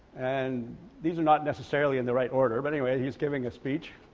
and these are not necessarily in the right order but anyway he's giving a speech.